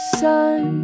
sun